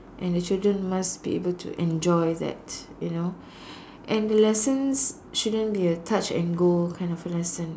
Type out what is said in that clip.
and the children must be able to enjoy that you know and lessons shouldn't be a touch and go kind of lesson